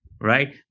Right